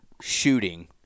shooting